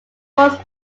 fourth